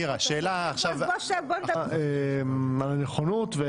אדוני היושב-ראש, תודה רבה על הנכונות.